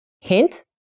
Hint